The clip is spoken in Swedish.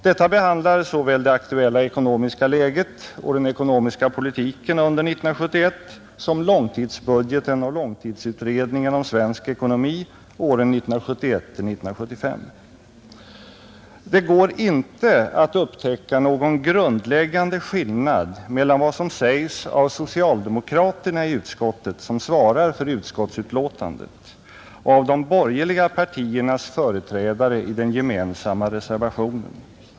Detta behandlar såväl det aktuella ekonomiska läget och den ekonomiska politiken under 1971 som långtidsbudgeten och långtidsutredningen om svensk ekonomi åren 1971—1975. Det går inte att upptäcka någon grundläggande skillnad mellan vad som sägs av socialdemokraterna i utskottet, som svarar för utskottsbetänkandet, och av de borgerliga partiernas företrädare i den gemensamma reservationen.